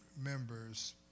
members